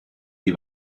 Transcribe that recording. die